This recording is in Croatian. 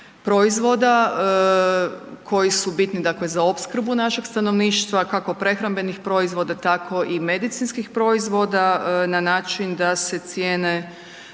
proizvoda koji su bitni za opskrbu našeg stanovništva kako prehrambenih proizvoda tako i medicinskih proizvoda na način da se cijene